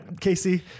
Casey